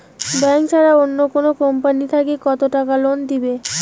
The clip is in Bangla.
ব্যাংক ছাড়া অন্য কোনো কোম্পানি থাকি কত টাকা লোন দিবে?